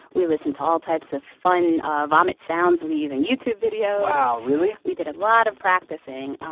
we listened to all types of fun ah vomit sounds using youtube videos wow. really? we did a lot of practicing,